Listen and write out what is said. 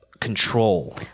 Control